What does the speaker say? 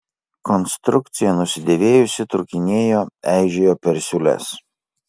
konstrukcija nusidėvėjusi trūkinėjo eižėjo per siūles